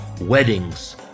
Weddings